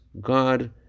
God